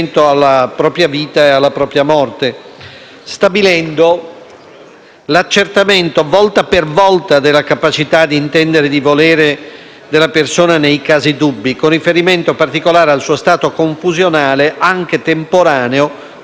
l'accertamento volta per volta della capacità di intendere e volere della persona nei casi dubbi, con particolare riferimento al suo stato confusionale, anche temporaneo, o di depressione o di psicosi.